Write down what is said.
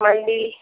मंडी